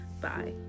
bye